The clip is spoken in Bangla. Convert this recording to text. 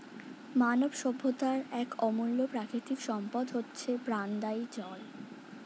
মানব সভ্যতার এক অমূল্য প্রাকৃতিক সম্পদ হচ্ছে প্রাণদায়ী জল